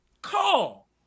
Call